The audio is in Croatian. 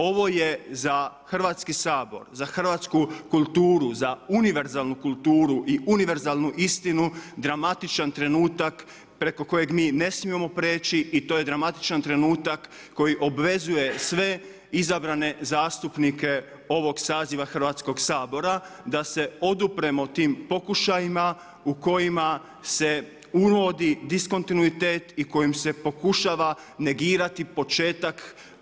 Ovo je za Hrvatski sabor, za hrvatsku kulturu, za univerzalnu kulturu i univerzalnu istinu dramatičan trenutak preko kojeg mi ne smijemo prijeći i to je dramatičan trenutak koji obvezuje sve izabrane zastupnike ovog saziva Hrvatskog sabora da se odupremo tim pokušajima u kojima se uvodi diskontinuitet i kojim se pokušava negirati početak.